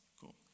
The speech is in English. cool